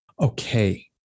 Okay